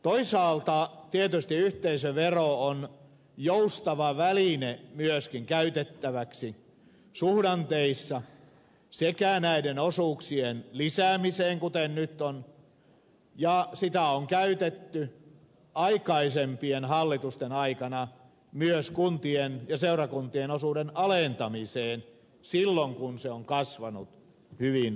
toisaalta tietysti yhteisövero on joustava väline myöskin käytettäväksi suhdanteissa näiden osuuksien lisäämiseen kuten nyt ja sitä on käytetty aikaisempien hallitusten aikana myös kuntien ja seurakuntien osuuden alentamiseen silloin kun se on kasvanut hyvin voimakkaasti